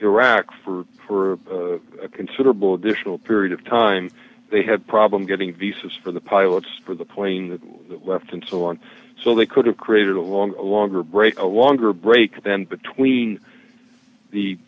iraq for for considerable additional period of time they had problems getting visas for the pilots for the plane left and so on so they could have created a long a longer break a longer break them between the